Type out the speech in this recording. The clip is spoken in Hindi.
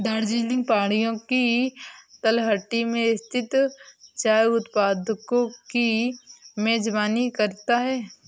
दार्जिलिंग पहाड़ियों की तलहटी में स्थित चाय उत्पादकों की मेजबानी करता है